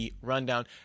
rundown